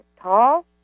tall